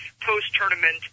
post-tournament